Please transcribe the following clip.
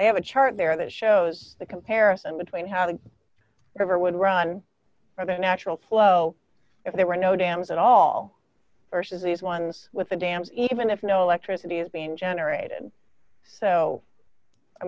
they have a chart there that shows the comparison between how the river would run for the natural flow if there were no dams at all versus these ones with the dams even if no electricity has been generated so i